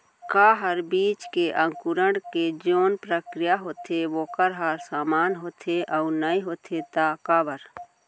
का हर बीज के अंकुरण के जोन प्रक्रिया होथे वोकर ह समान होथे, अऊ नहीं होथे ता काबर?